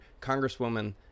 Congresswoman